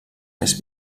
més